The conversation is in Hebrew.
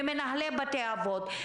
ממנהלי בתי אבות,